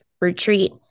retreat